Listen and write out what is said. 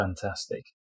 fantastic